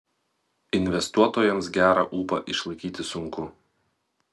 investuotojams gerą ūpą išlaikyti sunku